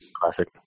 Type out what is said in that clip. classic